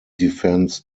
defence